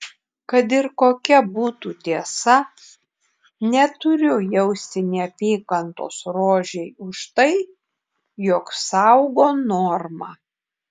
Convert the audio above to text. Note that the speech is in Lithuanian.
kad ir kokia būtų tiesa neturiu jausti neapykantos rožei už tai jog saugo normą